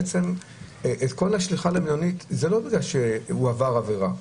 כל השליחה למלונית זה לא בגלל שהאדם עבר עבירה.